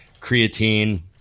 creatine